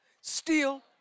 steal